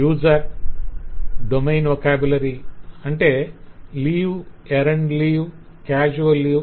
user domain పదజాలం - అంటే leave errand leave casual leave